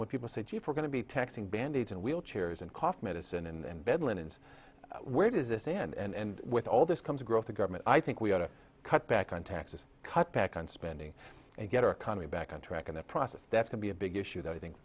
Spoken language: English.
t people say gee if we're going to be taxing band aids and wheelchairs and cough medicine and bed linens where does this end with all this comes growth of government i think we ought to cut back on taxes cut back on spending and get our economy back on track in the process that can be a big issue that i think